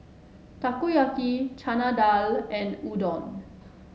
Takoyaki Chana Dal and Udon